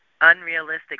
unrealistic